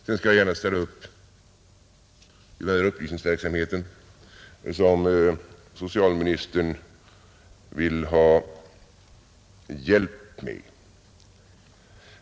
Jag skall gärna ställa upp i den upplysningsverksamhet som socialministern vill ha hjälp med.